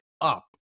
up